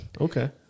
Okay